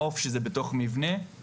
מעוף שזה בתוך מבנה,